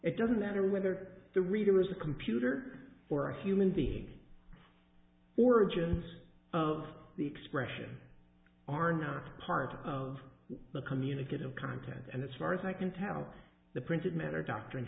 it doesn't matter whether the reader is a computer or a human being or images of the expression are not part of the communicative content and as far as i can tell the printed matter doctrine